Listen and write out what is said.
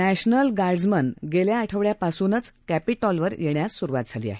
नॅशनलगार्डसमनगेल्याआठवड्यापासूनचकॅपिटॉलवरयेण्याससुरुवातझालीआहे